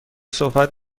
صحبت